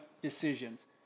decisions